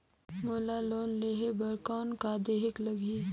मोला लोन लेहे बर कौन का देहेक लगही?